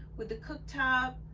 with the cooktop,